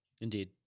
indeed